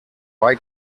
bei